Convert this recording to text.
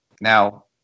Now